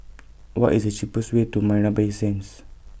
What IS The cheapest Way to Marina Bay Sands